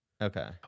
Okay